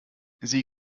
sie